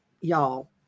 Y'all